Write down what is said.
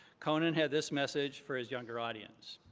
conan had this message for his younger audience,